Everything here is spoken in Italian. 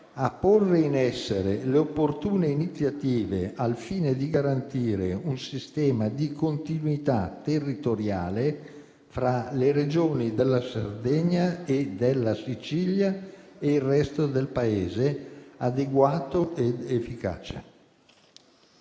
all'articolo 120 della Costituzione, al fine di garantire un sistema di continuità territoriale tra le Regioni della Sardegna e della Sicilia e il resto del Paese, adeguato ed efficace.